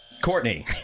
Courtney